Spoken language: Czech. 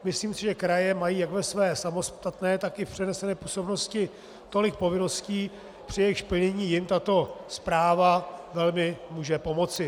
Myslím si, že kraje mají jak ve své samostatné, tak i v přenesené působnosti tolik povinností, že při jejich plnění jim tato zpráva velmi může pomoci.